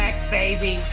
baby.